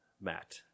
Matt